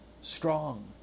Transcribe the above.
strong